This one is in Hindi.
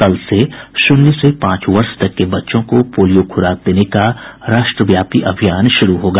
कल से शून्य से पांच वर्ष तक के बच्चों को पोलियो खुराक देने का राष्ट्रव्यापी अभियान शुरू होगा